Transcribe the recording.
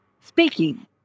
speaking